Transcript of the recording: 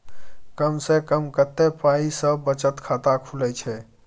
कम से कम कत्ते पाई सं बचत खाता खुले छै?